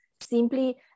simply